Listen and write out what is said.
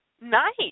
nice